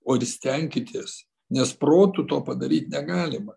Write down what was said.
o ir stenkitės nes protu to padaryt negalima